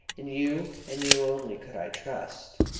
in you, and you only, could i trust.